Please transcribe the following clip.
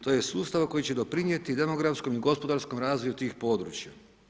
To je sustav koji će doprinijeti demografskom i gospodarskom razvoju tih područja.